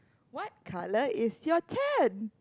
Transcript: what color is your tent